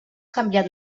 canviat